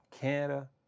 Canada